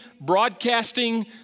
broadcasting